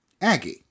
Aggie